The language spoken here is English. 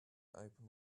open